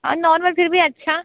normal फिर भी अच्छा